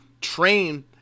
train